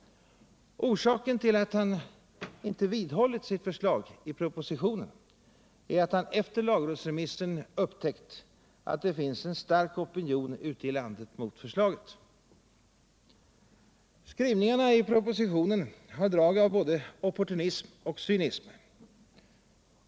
Orsaken till att han inte vidhållit sitt förslag i propositionen är att han efter lagrådsremissen upptäckt att det finns en stark opinion ute i landet mot förslaget. Skrivningarna i propositionen har drag av både opportunism och cynism.